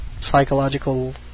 psychological